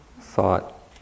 thought